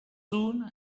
soon